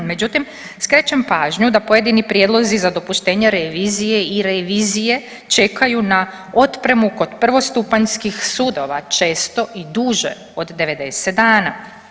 Međutim, skrećem pažnju da pojedini prijedlozi za dopuštenje revizije i revizije čekaju na otpremu kod prvostupanjskih sudova često i duže od 90 dana.